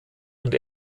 und